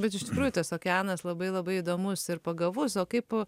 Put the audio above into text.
bet iš tikrųjų tas okeanas labai labai įdomus ir pagavus o kaip